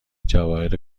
جواهر